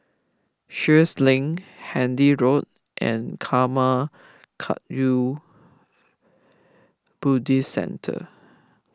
Sheares Link Handy Road and Karma Kagyud Buddhist Centre